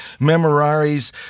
memoraries